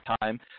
time